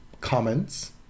comments